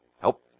help